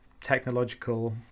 technological